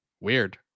weird